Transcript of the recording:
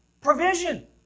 provision